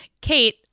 Kate